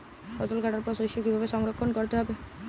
ফসল কাটার পর শস্য কীভাবে সংরক্ষণ করতে হবে?